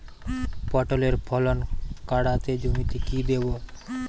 পটলের ফলন কাড়াতে জমিতে কি দেবো?